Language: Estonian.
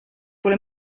pole